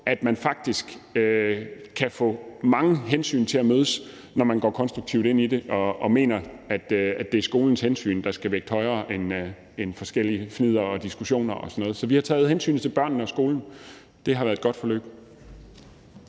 at man faktisk kan få mange hensyn til at mødes, når man går konstruktivt ind i det og mener, at det er skolens hensyn, der skal vægtes højere end forskelligt fnidder og diskussioner og sådan noget. Så vi har taget hensyn til børnene og skolen. Det har været et godt forløb.